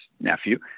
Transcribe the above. nephew